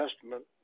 Testament